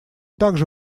также